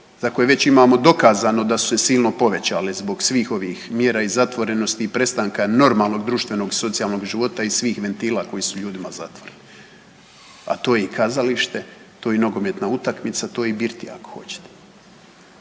za koje već imamo dokazano da su se silno povećale zbog svih ovih mjera i zatvorenosti i prestanka normalnog društvenog i socijalnog života i svih ventila koji su ljudima zatvoreni, a to je i kazalište, to je nogometna utakmica, to je i birtija ako hoćete.